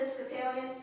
Episcopalian